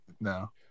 No